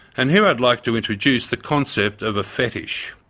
and here i'd like to introduce the concept of a fetish.